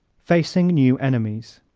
facing new enemies